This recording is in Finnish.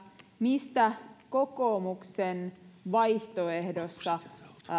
mistä kokoomuksen vaihtoehdossa